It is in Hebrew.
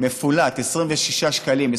מפולט 26 שקלים,